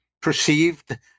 perceived